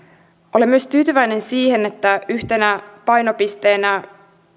olen myös tyytyväinen siihen että yhtenä painopisteenä